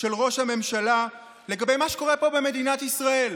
של ראש הממשלה לגבי מה שקורה פה במדינת ישראל.